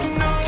no